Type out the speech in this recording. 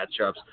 matchups